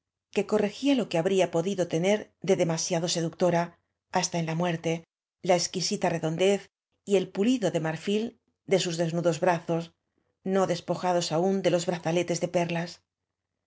que corre gía lo que habría podido tener de demasiado seductora hasta en a muerte la exquisita redon dez y el pulido de marñl de sus desnudos brazos no despojados aúq de ios brazaletes de perlas